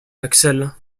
axel